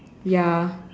ya